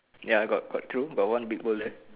ya I got got two got one big boulder